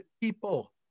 people